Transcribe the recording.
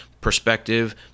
perspective